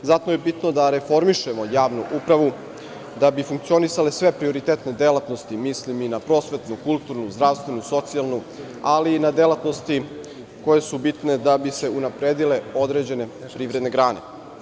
Znatno je bitno da reformišemo javnu upravu da bi funkcionisale sve prioritetne delatnosti, mislim i na prosvetu, kulturnu, zdravstvenu, socijalnu, ali i na delatnosti koje su bitne da bi se unapredile određene privredne grane.